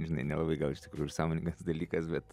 žinai nelabai gal iš tikrųjų ir sąmoningas dalykas bet